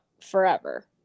forever